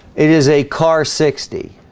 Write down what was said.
it is a car sixty